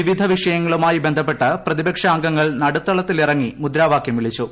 വിവിധ വിഷയങ്ങളുമായി ബന്ധപ്പെട്ട് പ്രതിപക്ഷാംഗങ്ങൾ നടുത്തളത്തിലിറങ്ങി മുദ്രാവാകൃം വിളിച്ചു